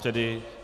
Děkuji.